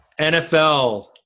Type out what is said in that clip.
NFL